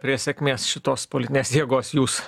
prie sėkmės tos politinės jėgos jūs